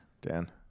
Dan